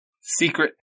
secret